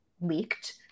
leaked